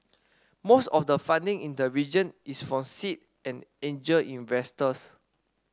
most of the funding in the region is from seed and angel investors